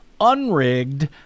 unrigged